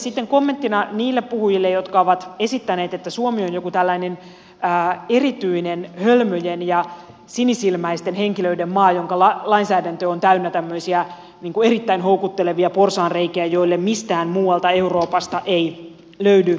sitten kommenttina niille puhujille jotka ovat esittäneet että suomi on joku tällainen erityinen hölmöjen ja sinisilmäisten henkilöiden maa jonka lainsäädäntö on täynnä tämmöisiä erittäin houkuttelevia porsaanreikiä joille mistään muualta euroopasta ei löydy vertaista